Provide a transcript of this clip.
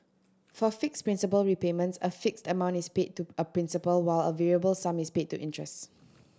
for fixed principal repayments a fixed amount is paid to a principal while a variable sum is paid to interest